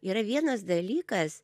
yra vienas dalykas